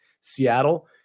Seattle